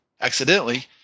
accidentally